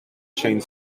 changed